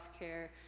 healthcare